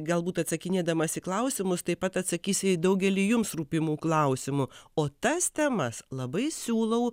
galbūt atsakinėdamas į klausimus taip pat atsakys į daugelį jums rūpimų klausimų o tas temas labai siūlau